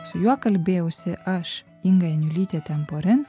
su juo kalbėjausi aš inga janiulytė temporin